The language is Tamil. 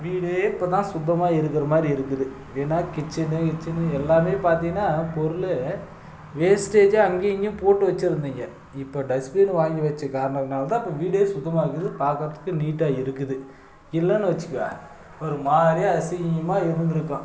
வீடே இப்போ தான் சுத்தமாக இருக்கிற மாதிரி இருக்குது ஏன்னா கிச்சனு கிச்சனு எல்லாமே பார்த்தீங்கன்னா பொருள் வேஸ்ட்டேஜை அங்கேயும் இங்கேயும் போட்டு வெச்சிருந்தீங்க இப்போ டஸ்ப்பின் வாங்கி வெச்ச காரணத்தினால் தான் இப்போ வீடே சுத்தமாயிருக்குது பார்க்கறதுக்கு நீட்டாக இருக்குது இல்லைன்னு வெச்சிக்க ஒரு மாதிரியா அசிங்கமாக இருந்திருக்கும்